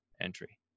entry